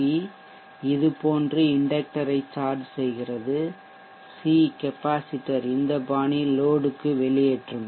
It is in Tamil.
வி இது போன்று இண்டக்டரை சார்ஜ் செய்கிறது சி கெப்பாசிட்டர் இந்த பாணியில் லோடுக்கு வெளியேற்றும்